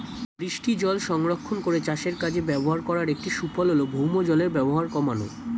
বৃষ্টিজল সংরক্ষণ করে চাষের কাজে ব্যবহার করার একটি সুফল হল ভৌমজলের ব্যবহার কমানো